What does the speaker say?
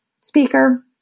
speaker